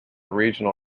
regional